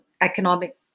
economic